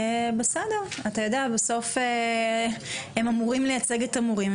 בסוף הם אמורים לייצג את המורים.